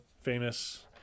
famous